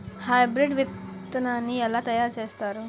Hybrid విత్తనాన్ని ఏలా తయారు చేస్తారు?